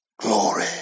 Glory